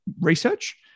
research